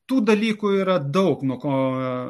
tų dalykų yra daug nuo ko